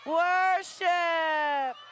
worship